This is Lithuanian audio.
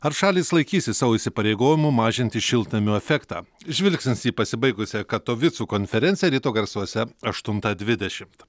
ar šalys laikysis savo įsipareigojimų mažinti šiltnamio efektą žvilgsnis į pasibaigusią katovicų konferenciją ryto garsuose aštuntą dvidešimt